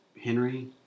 Henry